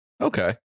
Okay